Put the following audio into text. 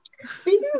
Speaking